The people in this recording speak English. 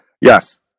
Yes